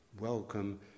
welcome